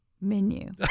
menu